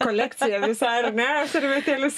kolekcija visa ar ne servetėlės